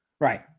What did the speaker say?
Right